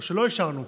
או שלא אישרנו,